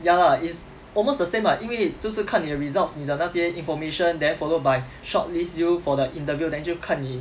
ya lah it's almost the same ah 因为就是看你的 results 你的那些 information then followed by shortlist you for the interview then 就看你